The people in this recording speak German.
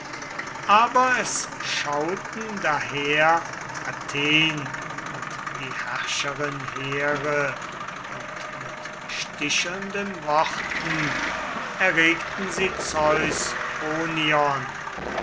aber es schauten daher athen und die herrscherin here und mit stichelnden worten erregten sie zeus